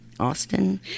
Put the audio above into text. austin